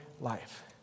life